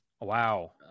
Wow